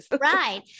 Right